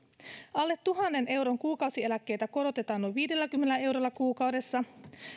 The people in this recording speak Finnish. alle tuhannen euron kuukausieläkkeitä korotetaan noin viidelläkymmenellä eurolla kuukaudessa